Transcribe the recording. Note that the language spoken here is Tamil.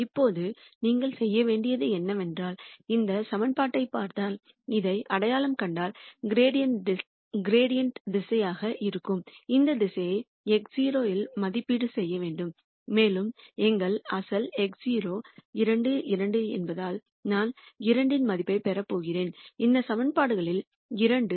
இப்போது நீங்கள் செய்ய வேண்டியது என்னவென்றால் இந்த சமன்பாட்டைப் பார்த்தால் இதை அடையாளம் கண்டால் கிரடயன்ட் திசையாக இருக்கும் இந்த திசையை x0 இல் மதிப்பீடு செய்ய வேண்டும் மேலும் எங்கள் அசல் x0 2 2 என்பதால் நான் 2 இன் மதிப்பை மாற்றப் போகிறேன் இந்த சமன்பாடுகளில் 2